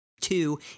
two